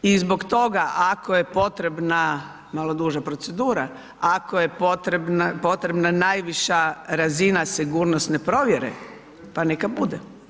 I zbog toga ako je potrebna malo duža procedura, ako je potrebna najviša razina sigurnosne provjere, pa neka bude.